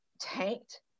tanked